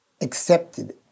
accepted